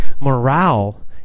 morale